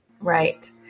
Right